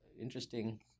interesting